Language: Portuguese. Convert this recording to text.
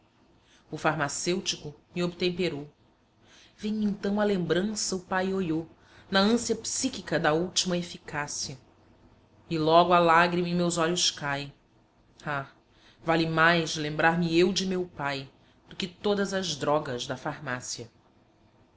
o farmacêutico me obtemperou vem-me então à lembrança o pai ioiô na ânsia psíquica da última eficácia e logo a lágrima em meus olhos cai ah vale mais lembrar-me eu de meu pai do que todas as drogas da farmácia